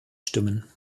stimmen